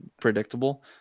predictable